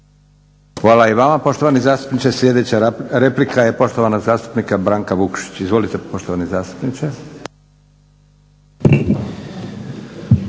Hvala i vama poštovani zastupniče. Sljedeća replika je poštovanog zastupnika Branka Vukšića. Izvolite poštovani zastupniče.